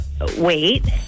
wait